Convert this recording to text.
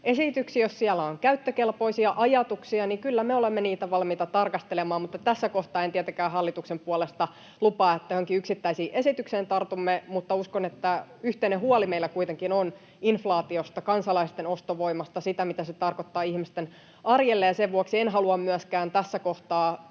esityksiin. Jos siellä on käyttökelpoisia ajatuksia, niin kyllä me olemme niitä valmiita tarkastelemaan, mutta tässä kohtaa en tietenkään hallituksen puolesta lupaa, että johonkin yksittäiseen esitykseen tartumme, mutta uskon, että yhteinen huoli meillä kuitenkin on inflaatiosta, kansalaisten ostovoimasta, siitä, mitä se tarkoittaa ihmisten arjelle, ja sen vuoksi en halua myöskään tässä kohtaa